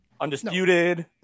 Undisputed